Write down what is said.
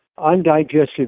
undigested